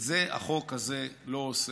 את זה החוק הזה לא עושה.